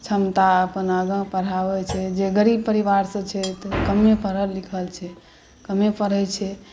क्षमता अपन आगाँ पढ़ाबैत छै जे गरीब परिवारसँ छै तऽ कमे पढ़ल लिखल छै कमे पढ़ैत छै